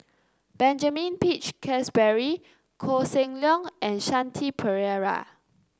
Benjamin Peach Keasberry Koh Seng Leong and Shanti Pereira